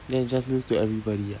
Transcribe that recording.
then it's just lose to everybody ah